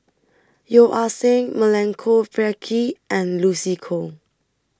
Yeo Ah Seng Milenko Prvacki and Lucy Koh